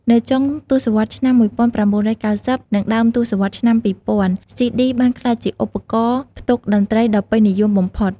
នៅចុងទសវត្សរ៍ឆ្នាំ ១៩៩០ និងដើមទសវត្សរ៍ឆ្នាំ ២០០០ ស៊ីឌី បានក្លាយជាឧបករណ៍ផ្ទុកតន្ត្រីដ៏ពេញនិយមបំផុត។